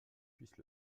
puisse